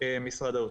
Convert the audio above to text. משרד האוצר.